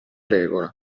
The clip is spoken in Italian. regola